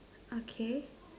okay